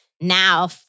now